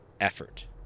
effort